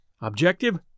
Objective